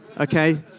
okay